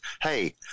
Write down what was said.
Hey